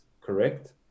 correct